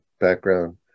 background